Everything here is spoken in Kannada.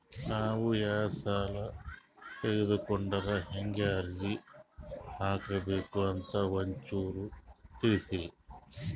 ನಾವು ಯಾ ಸಾಲ ತೊಗೊಂಡ್ರ ಹೆಂಗ ಅರ್ಜಿ ಹಾಕಬೇಕು ಅಂತ ಒಂಚೂರು ತಿಳಿಸ್ತೀರಿ?